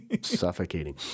suffocating